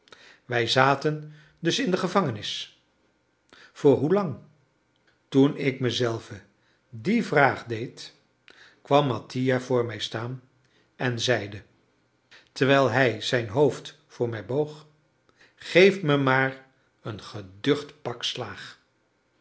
wij zaten dus in de gevangenis voor hoelang toen ik mezelven die vraag deed kwam mattia voor mij staan en zeide terwijl hij zijn hoofd voor mij boog geef me maar een geducht pak slaag